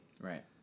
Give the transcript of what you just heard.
Right